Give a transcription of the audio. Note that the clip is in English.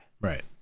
Right